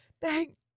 Thank